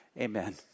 Amen